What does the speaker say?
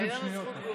היום אין זכות תגובה.